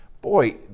boy